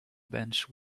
bench